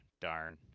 darn